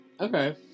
Okay